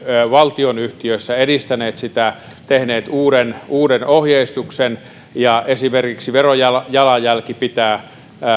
valtionyhtiössä edistäneet sitä tehneet uuden uuden ohjeistuksen esimerkiksi verojalanjälki pitää